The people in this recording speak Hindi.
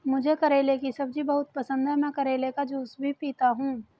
मुझे करेले की सब्जी बहुत पसंद है, मैं करेले का जूस भी पीता हूं